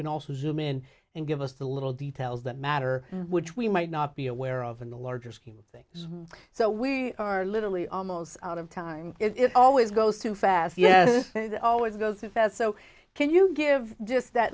can also zoom in and give us the little details that matter which we might not be aware of in the larger scheme of things so we are literally almost out of time if always goes too fast yes always go through fed so can you give just that